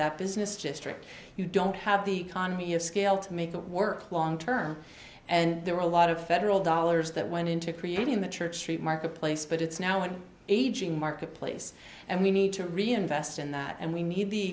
that business just like you don't have the economy of scale to make that work long term and there were a lot of federal dollars that went into creating the church st marketplace but it's now an aging marketplace and we need to reinvest in that and we need the